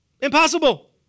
impossible